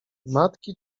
matki